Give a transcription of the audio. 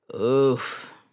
Oof